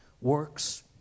works